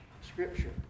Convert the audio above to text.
Scripture